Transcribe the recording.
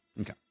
Okay